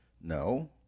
no